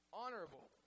honorable